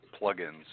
plugins